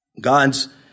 God's